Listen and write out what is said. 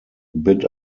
bid